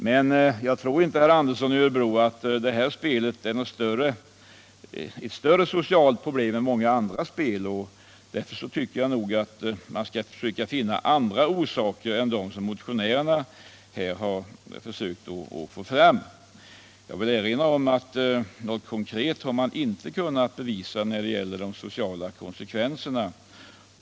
Men jag tror inte, herr Andersson i Örebro, att detta spel är ett större socialt problem än många andra spel. Och därför tycker jag att vi skall försöka finna andra orsaker till misär än dem som motionärerna försöker få fram. Jag vill erinra om att man inte har kunnat bevisa något konkret när det gäller de sociala konsekvenserna.